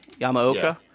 Yamaoka